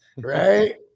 Right